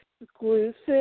exclusive